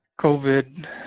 COVID